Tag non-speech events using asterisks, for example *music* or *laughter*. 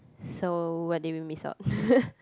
so what did we miss out *laughs*